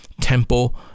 tempo